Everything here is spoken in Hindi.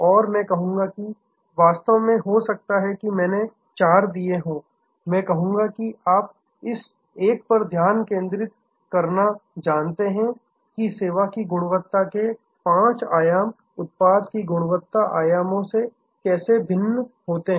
और मैं कहूंगा कि वास्तव में हो सकता है कि मैंने चार दिए हों मैं कहूंगा कि आप इस एक पर ध्यान केंद्रित करना जानते हैं कि सेवा की गुणवत्ता के पांच आयाम उत्पाद की गुणवत्ता आयामों से कैसे भिन्न होते हैं